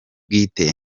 bwite